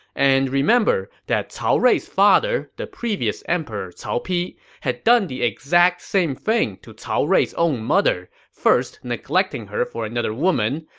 and remember that cao rui's father, the previous emperor cao pi, had done the exact same thing to cao rui's mother, first neglecting her for another woman,